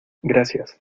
gracias